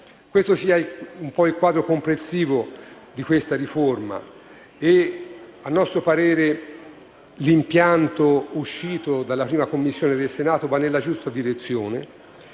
Questo credo sia il quadro complessivo della riforma. A nostro parere l'impianto uscito dalla 1a Commissione del Senato va nella giusta direzione